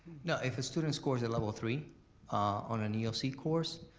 no. if a student scores a level three on an eoc course,